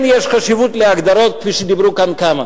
כן יש חשיבות להגדרות, כפי שאמרו כאן כמה.